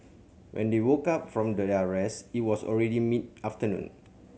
when they woke up from their are rest it was already mid afternoon